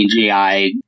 CGI